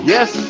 Yes